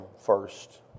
first